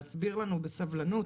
להסביר לנו בסבלנות